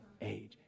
age